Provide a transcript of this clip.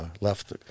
left